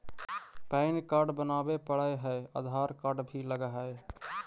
Pan card बनावे पडय है आधार कार्ड भी लगहै?